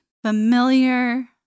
Familiar